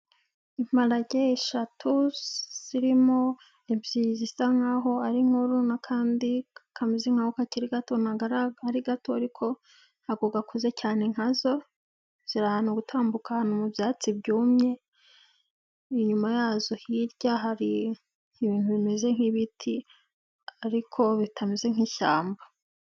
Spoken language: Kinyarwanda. Imparage eshatu zirimo ebyiri zisa nk'aho ari inkuru n'akandi kameze nk'aho kakiri gato, ntabwo ari gato ariko ntabwo gakuze cyane nka zo, ziri gutambuka mu byatsi byumye, inyuma yazo hirya hari ibintu bimeze nk'ibiti ariko bitameze nk'ishyamba.